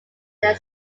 their